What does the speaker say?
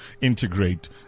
integrate